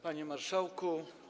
Panie Marszałku!